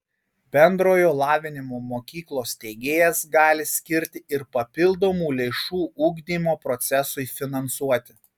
bendrojo lavinimo mokyklos steigėjas gali skirti ir papildomų lėšų ugdymo procesui finansuoti